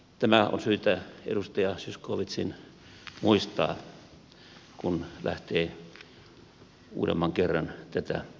tämä on syytä edustaja zyskowiczin muistaa kun lähtee uudemman kerran tätä asiaa puimaan